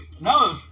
no